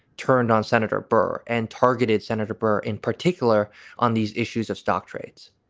turned on senator burr and targeted senator burr in particular on these issues of stock trades.